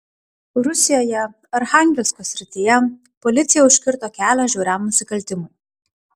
rusijoje archangelsko srityje policija užkirto kelią žiauriam nusikaltimui